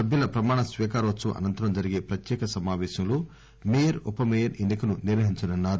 సభ్యుల ప్రమాణ స్వీకారోత్పవం అనంతరం జరిగే ప్రత్యేక సమాపేశంలో మేయర్ ఉప మేయర్ ఎన్ని కను నిర్వహించనున్నారు